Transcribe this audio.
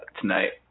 tonight